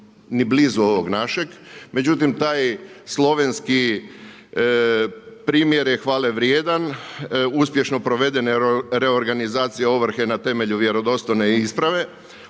blizu ovog našeg, međutim taj slovenski primjer je hvale vrijedan, uspješno provedene reorganizacije ovrhe na temelju vjerodostojne isprave.